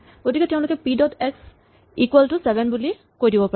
গতিকে তেওঁলোকে P dot X equal to seven বুলি কৈ দিব পাৰে